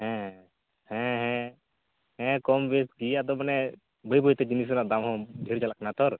ᱦᱮᱸ ᱦᱮᱸ ᱦᱮᱸ ᱦᱮᱸ ᱠᱚᱢ ᱧᱚᱜ ᱜᱮ ᱤᱭᱟᱹ ᱟᱫᱚ ᱢᱟᱱᱮ ᱵᱟᱹᱭ ᱵᱟᱹᱭᱛᱮ ᱡᱤᱱᱤᱥ ᱨᱮᱱᱟᱜ ᱫᱟᱢ ᱦᱚᱸ ᱰᱷᱮᱨ ᱪᱟᱞᱟᱜ ᱠᱟᱱᱟ ᱛᱚ